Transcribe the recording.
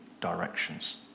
directions